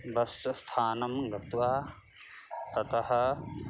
बस्स स्थानं गत्वा ततः